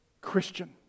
Christian